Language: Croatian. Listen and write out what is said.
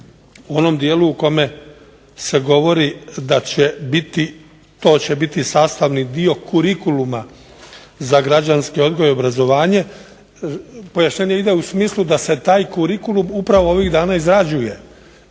u onom dijelu u kome se govori da će biti, to će biti sastavni dio kurikuluma za građanski odgoj i obrazovanje. Pojašnjenje ide u smislu da se taj kurikulum upravo ovih dana izrađuje